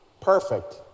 Perfect